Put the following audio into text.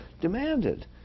demanded